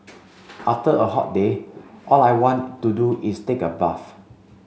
after a hot day all I want to do is take a bath